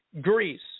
Greece